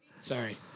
sorry